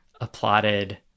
applauded